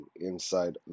inside